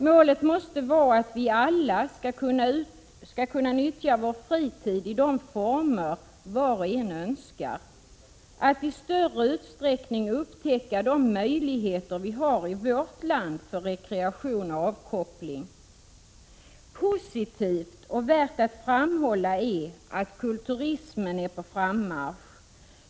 Målet måste vara att vi alla skall kunna utnyttja vår fritid i de former var och en önskar och i större utsträckning upptäcka de möjligheter vi har i vårt land för rekreation och avkoppling. Positivt och värt att framhålla är att ”kulturismen” är på frammarsch.